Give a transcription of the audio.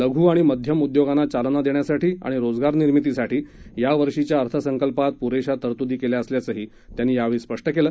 लघू आणि मध्यम उद्योगांना चालना देण्यासाठी आणि रोजगारनिर्मितीसाठी यावर्षीच्या अर्थसंकल्पात पुरेशा तरतूदी केल्या असल्याचंही त्यांनी यावेळी सांगितलं